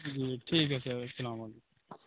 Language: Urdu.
جی ٹھیک ہے سرالسّلام علیکم